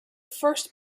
first